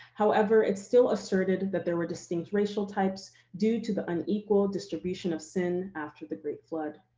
however, it's still asserted that there were distinct racial types due to the unequal distribution of sin after the great flood.